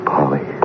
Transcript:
Polly